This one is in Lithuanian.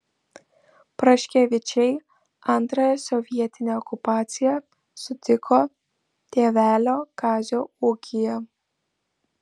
praškevičiai antrąją sovietinę okupaciją sutiko tėvelio kazio ūkyje